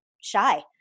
shy